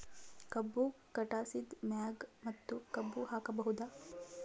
ಕಬ್ಬು ಕಟಾಸಿದ್ ಮ್ಯಾಗ ಮತ್ತ ಕಬ್ಬು ಹಾಕಬಹುದಾ?